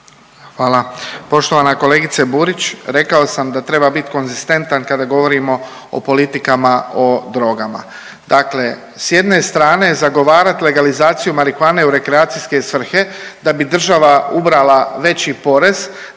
Hvala. Poštovana kolegice Burić, rekao sam da treba bit konzistentan kada govorimo o politikama o drogama. Dakle, s jedne strane zagovarat legalizaciju marihuane u rekreacijske svrhe da bi država ubrala veći porez,